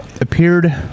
appeared